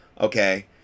okay